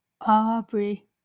Aubrey